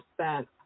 spent